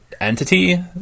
entity